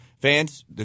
fans